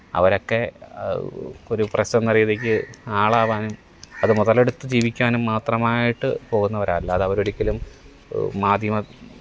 അവരൊക്കെ ഒരു പ്രസ് എന്ന രീതിക്ക് ആളാവനും അത് മുതലെടുത്ത് ജീവിക്കാനും മാത്രമായിട്ട് പോവുന്നവരാണ് അല്ലാതെ അവരൊരിക്കലും മാധ്യമ